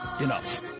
enough